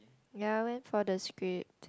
ya I went for the script